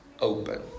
open